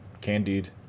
candied